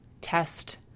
test